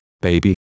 baby